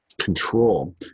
control